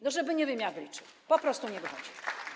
No żeby nie wiem, jak liczyć, po prostu nie wychodzi.